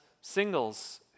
singles